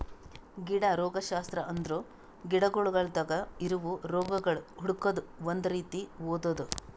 ಗಿಡ ರೋಗಶಾಸ್ತ್ರ ಅಂದುರ್ ಗಿಡಗೊಳ್ದಾಗ್ ಇರವು ರೋಗಗೊಳ್ ಹುಡುಕದ್ ಒಂದ್ ರೀತಿ ಓದದು